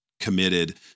Committed